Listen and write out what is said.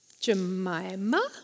Jemima